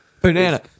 Banana